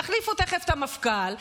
תחליפו תכף את המפכ"ל,